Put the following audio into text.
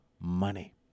money